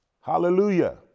Hallelujah